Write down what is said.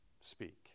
speak